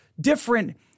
different